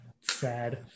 sad